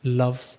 love